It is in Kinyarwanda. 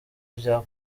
byo